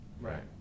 Right